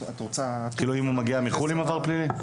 זאת אומרת, אם הוא מגיע מחו"ל עם עבר פלילי?